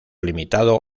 limitado